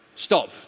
Stop